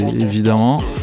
évidemment